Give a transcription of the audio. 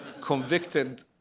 convicted